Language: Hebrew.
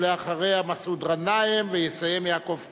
אחריה, מסעוד גנאים, ויסיים יעקב כץ.